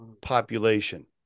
population